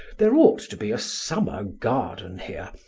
there ought to be a summer garden here,